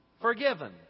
forgiven